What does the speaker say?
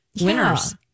winners